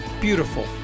beautiful